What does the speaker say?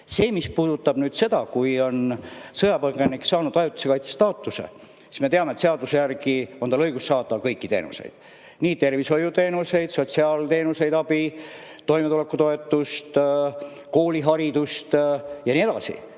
anda. Mis puudutab seda, kui sõjapõgenik on saanud ajutise kaitse [saaja] staatuse, siis me teame, et seaduse järgi on tal õigus saada kõiki teenuseid: tervishoiuteenuseid, sotsiaalteenuseid ja ‑abi, toimetulekutoetust, kooliharidust ja nii edasi.